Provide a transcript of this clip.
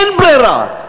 אין ברירה.